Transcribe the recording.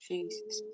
Jesus